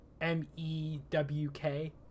m-e-w-k